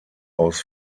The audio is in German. aus